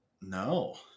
no